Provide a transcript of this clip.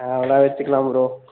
ஆ அதலாம் வச்சுக்கலாம் ப்ரோ